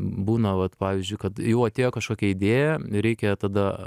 būna vat pavyzdžiui kad jau atėjo kažkokia idėja reikia tada